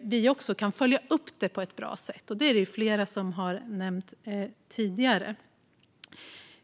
vi kan följa upp det på ett bra sätt, som flera har nämnt tidigare.